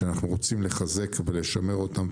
שאנחנו רוצים לחזק ולשמר אותם,